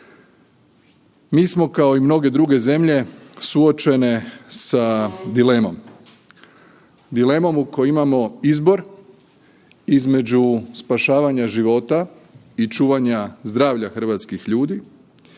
Mi smo kao i mnoge druge zemlje suočene sa dilemom. Dilemom u kojoj imamo izbor između spašavanja života i čuvanja zdravlja hrvatskih ljudi